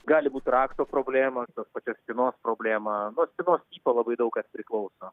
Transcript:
gali būt rakto problema tos pačios spynos problema nuo spynos tipo labai daug kas priklauso